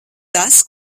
tas